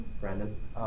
Brandon